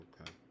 Okay